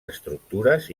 estructures